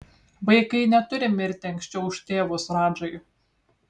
vaikai neturi mirti anksčiau už tėvus radžai